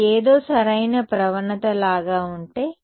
అది ఏదో సరైన ప్రవణత లాగా ఉంటే